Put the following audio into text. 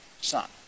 son